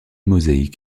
mosaïques